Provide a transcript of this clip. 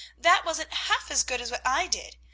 that wasn't half as good as what i did.